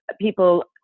people